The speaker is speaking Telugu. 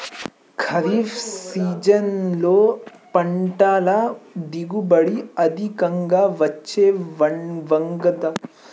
ఖరీఫ్ సీజన్లో పంటల దిగుబడి అధికంగా వచ్చే వంగడాల పేర్లు చెప్పండి?